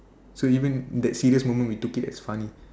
so even that serious moment we took it as funny